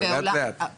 לאט לאט נגיע לשם.